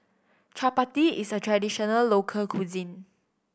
chappati is a traditional local cuisine